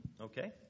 Okay